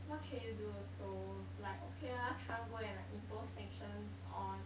what can you do also like okay lah Trump go and like impose sanctions on